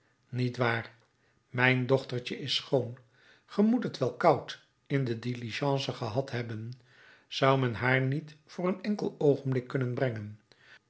niet waar mijn dochtertje is schoon ge moet het wel koud in de diligence gehad hebben zou men haar niet voor een enkel oogenblik kunnen brengen